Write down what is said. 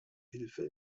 hilfe